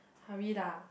hurry lah